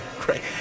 great